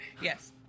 Yes